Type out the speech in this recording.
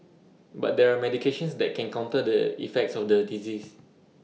but there are medications that can counter the effects of the disease